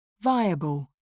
Viable